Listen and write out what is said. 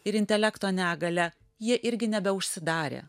ir intelekto negalia jie irgi nebeužsidarė